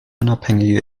unabhängige